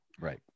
Right